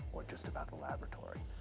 or just about the laboratory,